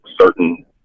certain